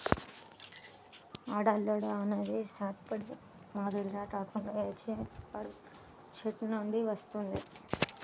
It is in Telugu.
హార్డ్వుడ్ అనేది సాఫ్ట్వుడ్ మాదిరిగా కాకుండా యాంజియోస్పెర్మ్ చెట్ల నుండి వస్తుంది